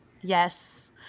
Yes